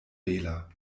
wähler